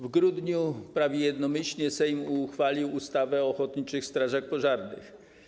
W grudniu prawie jednomyślnie Sejm uchwalił ustawę o ochotniczych strażach pożarnych.